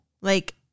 Like-